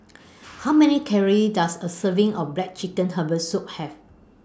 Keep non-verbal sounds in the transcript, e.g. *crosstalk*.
*noise* How Many Calories Does A Serving of Black Chicken Herbal Soup Have